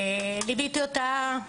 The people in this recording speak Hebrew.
ליוויתי אותה,